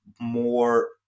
more